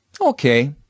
okay